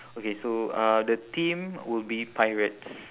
okay so uh the theme will be pirates